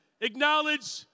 acknowledge